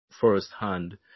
firsthand